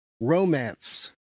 romance